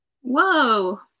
Whoa